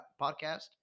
podcast